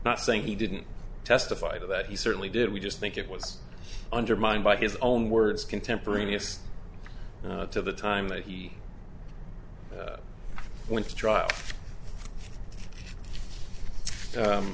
not saying he didn't testify to that he certainly did we just think it was undermined by his own words contemporaneous to the time that he went to trial